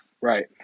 Right